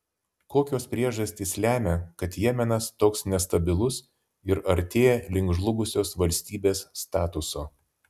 kokios priežastys lemia kad jemenas toks nestabilus ir artėja link žlugusios valstybės statuso